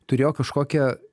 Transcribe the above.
turėjo kažkokią